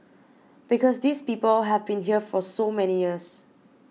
because these people have been here for so many years